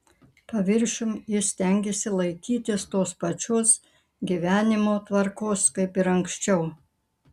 paviršium jis stengėsi laikytis tos pačios gyvenimo tvarkos kaip ir anksčiau